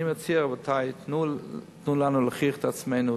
אני מציע, רבותי, תנו לנו להוכיח את עצמנו.